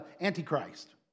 Antichrist